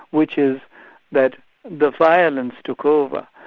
which is that the violence took over.